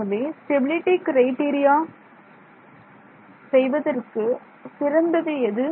ஆகவே stability criteria செய்வதற்கு சிறந்தது எது